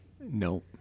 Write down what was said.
No